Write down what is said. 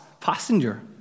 passenger